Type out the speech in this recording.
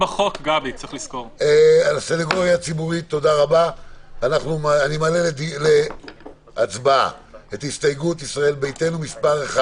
אני מעלה להצבעה את הסתייגות מס' 1